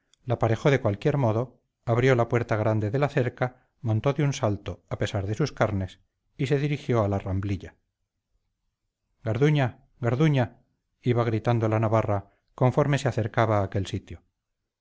la aparejó de cualquier modo abrió la puerta grande de la cerca montó de un salto a pesar de sus carnes y se dirigió a la ramblilla garduña garduña iba gritando la navarra conforme se acercaba a aquel sitio